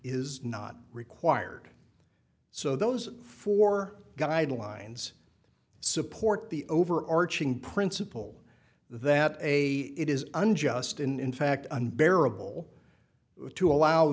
is not required so those four guidelines support the overarching principle that a it is unjust in fact unbearable to allow